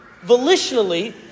volitionally